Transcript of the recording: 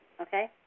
okay